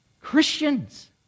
Christians